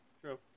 True